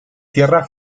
tierra